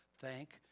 Thank